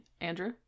andrew